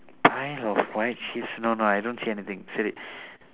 pile of white sheets no no I don't see anything siddiq